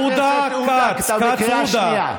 עודה-כץ, כץ-עודה.